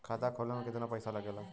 खाता खोले में कितना पैसा लगेला?